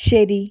ശെരി